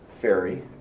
ferry